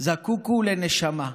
זקוק הוא לנשמה,